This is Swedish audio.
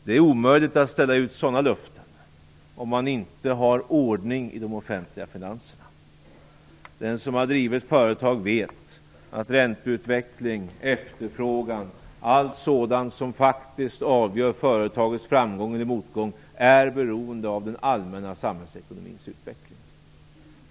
Det är omöjligt att ställa ut sådana löften, om man inte har ordning i de offentliga finanserna. Den som har drivit företag vet att ränteutveckling och efterfrågan, allt sådant som faktiskt avgör företagets framgång eller motgång, är beroende av den allmänna samhällsekonomins utveckling.